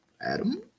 Adam